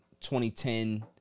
2010